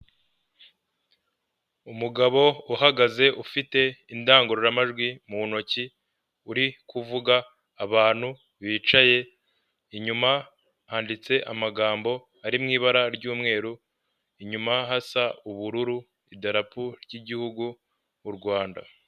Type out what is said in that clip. Umugabo uhagaze ufite indangururamajwi mu ntoki, uri kuvuga, abantu bicaye, inyuma handitse amagambo ari mu ibara ry'umweru, inyuma hasa ubururu, idarapo ry'igihugu Urwanda